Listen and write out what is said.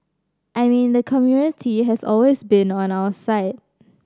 I mean the community has always been on our side